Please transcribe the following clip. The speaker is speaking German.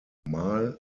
mal